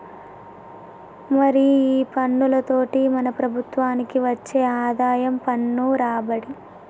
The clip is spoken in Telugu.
మరి ఈ పన్నులతోటి మన ప్రభుత్వనికి వచ్చే ఆదాయం పన్ను రాబడి